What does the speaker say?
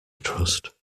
trust